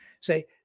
say